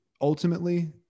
ultimately